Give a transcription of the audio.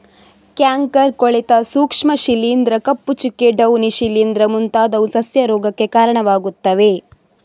canker, ಕೊಳೆತ ಸೂಕ್ಷ್ಮ ಶಿಲೀಂಧ್ರ, ಕಪ್ಪು ಚುಕ್ಕೆ, ಡೌನಿ ಶಿಲೀಂಧ್ರ ಮುಂತಾದವು ಸಸ್ಯ ರೋಗಕ್ಕೆ ಕಾರಣವಾಗುತ್ತವೆ